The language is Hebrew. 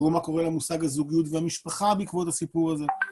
או מה קורה למושג הזוגיות והמשפחה בעקבות הסיפור הזה.